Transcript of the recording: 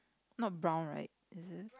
not brown right is it